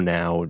now